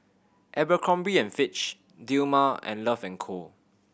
Abercrombie and Fitch Dilmah and Love and Co